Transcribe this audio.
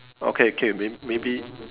okay K may~ maybe